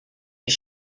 est